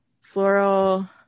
floral